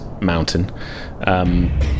mountain